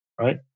right